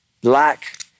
black